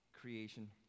creation